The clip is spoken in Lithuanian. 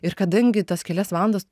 ir kadangi tas kelias valandas